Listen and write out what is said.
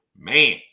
man